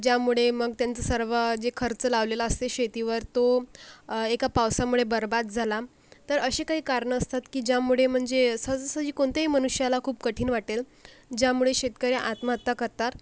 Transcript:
ज्यामुळे मग त्यांचं सर्व जे खर्च लावलेला असते शेतीवर तो एका पावसामुळे बरबाद झाला तर असे काही कारणं असतात की ज्यामुळे म्हणजे सहजासहजी कोणत्याही मनुष्याला खूप कठीण वाटेल ज्यामुळे शेतकरी आत्महत्या करतार